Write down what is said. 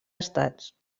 estats